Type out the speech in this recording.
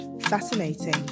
fascinating